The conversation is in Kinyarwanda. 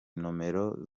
nomero